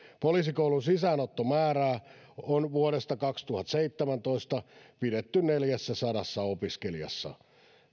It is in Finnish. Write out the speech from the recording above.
poliisikoulun sisäänottomäärää on vuodesta kaksituhattaseitsemäntoista pidetty neljässäsadassa opiskelijassa